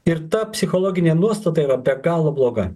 ir ta psichologinė nuostata yra be galo bloga